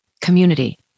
community